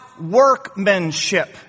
workmanship